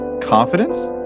confidence